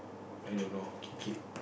i don't know K keep